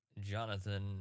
Jonathan